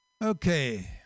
Okay